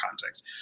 context